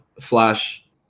flash